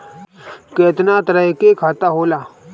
केतना तरह के खाता होला?